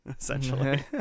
essentially